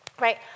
right